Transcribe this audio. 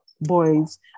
boys